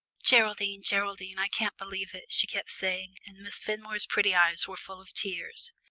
geraldine, geraldine, i can't believe it, she kept saying, and miss fenmore's pretty eyes were full of tears.